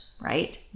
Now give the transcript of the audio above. right